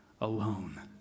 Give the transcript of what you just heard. alone